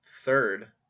Third